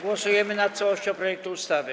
Głosujemy nad całością projektu ustawy.